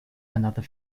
another